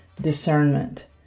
discernment